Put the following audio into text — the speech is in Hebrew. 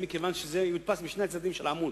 מכיוון שהוא יודפס משני הצדדים של הדף.